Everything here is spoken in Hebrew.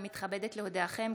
אני מתכבדת להודיעכם,